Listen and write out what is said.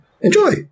enjoy